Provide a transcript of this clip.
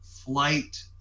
flight